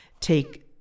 take